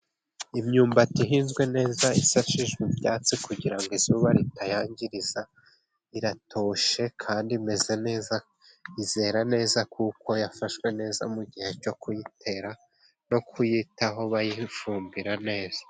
Imyumbati ihinzwe neza, isashijwe ibyatsi kugira ngo izuba ritayangiriza, iratoshe kandi imeze neza, izera neza kuko yafashwe neza mu gihe cyo kuyitera no kuyitaho bayifumbira neza.